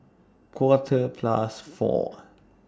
Quarter Past four